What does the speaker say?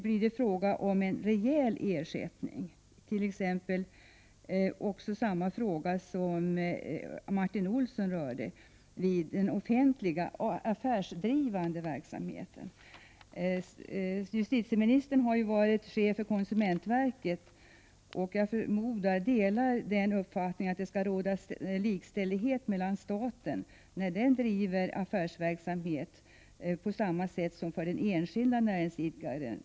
Blir det t.ex. en rejäl ersättning? Jag vill även ta upp den fråga som Martin Olsson berörde. Det gäller den offentliga affärsdrivande verksamheten. Justitieministern har ju varit chef för konsumentverket och jag förmodar att hon delar uppfattningen att det skall råda likställdhet mellan staten, när den driver affärsverksamhet, och enskilda näringsidkare.